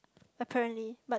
apparently but